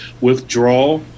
withdraw